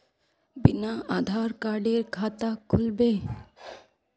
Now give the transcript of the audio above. बिना आधार कार्डेर खाता खुल बे?